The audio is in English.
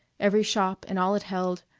every shop and all it held,